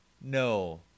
No